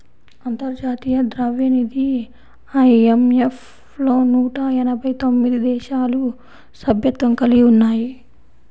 అంతర్జాతీయ ద్రవ్యనిధి ఐ.ఎం.ఎఫ్ లో నూట ఎనభై తొమ్మిది దేశాలు సభ్యత్వం కలిగి ఉన్నాయి